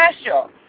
special